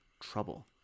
trouble